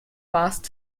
last